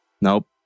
Nope